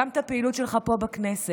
גם את הפעילות שלך פה בכנסת,